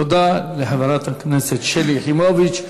תודה לחברת הכנסת שלי יחימוביץ.